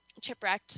Chipwrecked